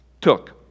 took